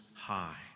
high